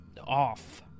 off